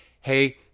hey